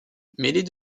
mêlées